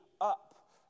up